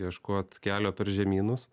ieškot kelio per žemynus